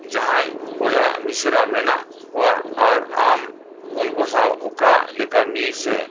ᱡᱟᱦᱟᱸᱭ ᱵᱚᱭᱦᱟ ᱢᱤᱥᱨᱟ ᱢᱮᱱᱟᱜ ᱠᱚᱣᱟ ᱟᱨ ᱟᱢ ᱩᱱᱠᱩ ᱥᱟᱶ ᱚᱠᱟ ᱞᱮᱠᱟ ᱢᱤᱞ ᱥᱮ